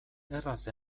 erraz